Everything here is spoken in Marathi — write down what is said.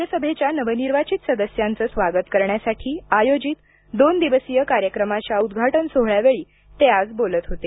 राज्यसभेच्या नवनिर्वाचित सदस्यांचं स्वागत करण्यासाठी आयोजित दोन दिवसीय कार्यक्रमाच्या उद्घाटन सोहळ्यावेळी ते आज बोलत होते